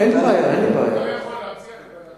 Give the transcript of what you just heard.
הוא לא יכול להציע לוועדת הפנים.